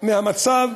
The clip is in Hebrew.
מהמצב